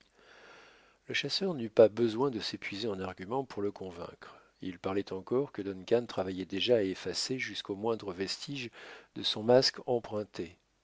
le chasseur n'eut pas besoin de s'épuiser en arguments pour le convaincre il parlait encore que duncan travaillait déjà à effacer jusqu'aux moindres vestiges de son masque emprunté